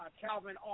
Calvin